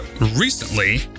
recently